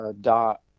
dot